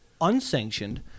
unsanctioned